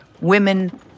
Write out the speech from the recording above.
women